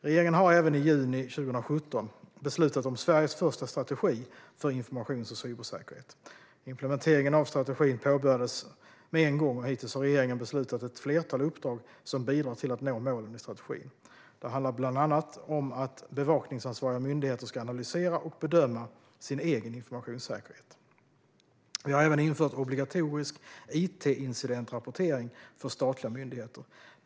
Regeringen har även i juni 2017 beslutat om Sveriges första strategi för informations och cybersäkerhet. Implementeringen av strategin påbörjades med en gång, och hittills har regeringen beslutat om ett flertal uppdrag som bidrar till att nå målen i strategin. De handlar bland annat om att bevakningsansvariga myndigheter ska analysera och bedöma sin egen informationssäkerhet. Vi har även infört obligatorisk it-incidentrapportering för statliga myndigheter.